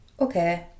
okay